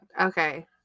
Okay